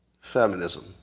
feminism